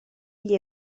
gli